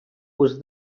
was